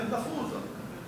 והם דחו אותה.